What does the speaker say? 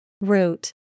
Root